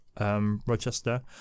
Rochester